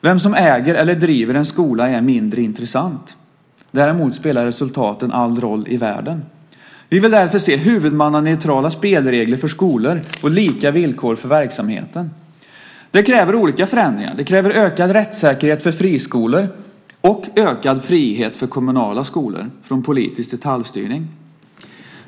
Vem som äger eller driver en skola är mindre intressant; däremot spelar resultaten all roll i världen. Vi vill därför se huvudmannaneutrala spelregler för skolor och lika villkor för verksamheten. Det kräver olika förändringar. Det kräver ökad rättssäkerhet för friskolor och ökad frihet för kommunala skolor från politisk detaljstyrning.